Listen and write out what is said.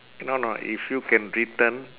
no no if you can return